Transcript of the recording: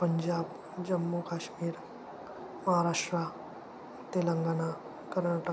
Punjab Jammu Kashmir Maharashtra Telangana Karnataka